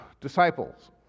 Disciples